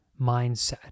mindset